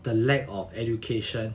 the lack of education